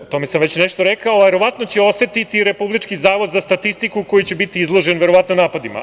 O tome sam već nešto rekao, a verovatno će osetiti Republički zavod za statistiku koji će biti izložen napadima.